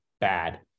bad